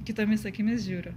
kitomis akimis žiūriu